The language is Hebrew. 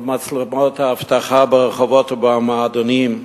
על מצלמות האבטחה ברחובות ובמועדונים,